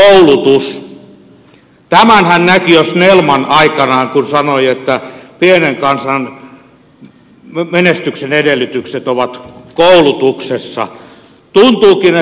tämänhän näki jo snellman aikanaan kun sanoi että pienen kansan menestyksen edellytykset ovat koulutuksessa